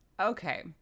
Okay